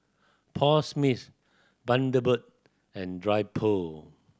Paul Smith Bundaberg and Dryper